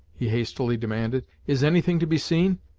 he hastily demanded is any thing to be seen?